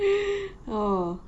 oh